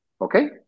okay